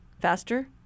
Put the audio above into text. faster